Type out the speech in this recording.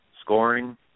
scoring